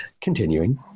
continuing